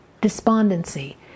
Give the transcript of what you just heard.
Despondency